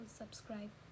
subscribe